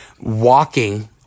walking